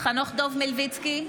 חנוך דב מלביצקי,